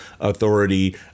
authority